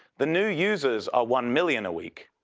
the new users are one million a week.